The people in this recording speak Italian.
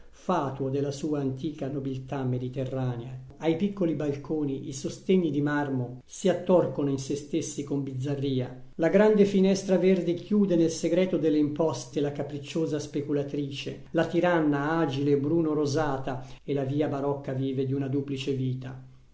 fatuo della sua antica nobiltà mediterranea ai piccoli balconi i sostegni di marmo si attorcono in sé stessi con bizzarria la grande finestra verde chiude nel segreto delle imposte la capricciosa speculatrice la tiranna agile bruno rosata e la via barocca vive di una duplice vita